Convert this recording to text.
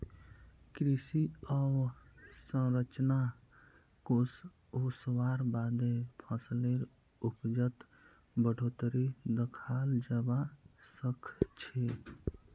कृषि अवसंरचना कोष ओसवार बादे फसलेर उपजत बढ़ोतरी दखाल जबा सखछे